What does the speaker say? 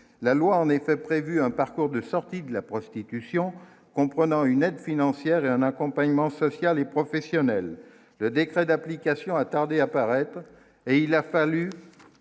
la loi en effet prévu un parcours de sortie de la prostitution, comprenant une aide financière et un accompagnement social et professionnel, le décret d'application tardé à paraître et il a fallu